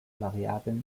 variable